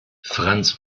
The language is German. franz